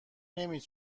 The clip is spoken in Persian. نمی